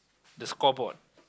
the scoreboard